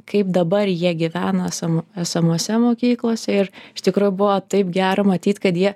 kaip dabar jie gyvena sam esamose mokyklose ir iš tikro buvo taip gera matyt kad jie